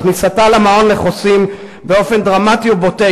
וכניסתה למעון לחוסים באופן דרמטי ובוטה